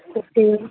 okay